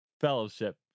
fellowship